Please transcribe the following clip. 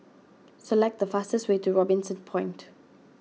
select the fastest way to Robinson Point